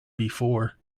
before